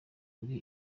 kuri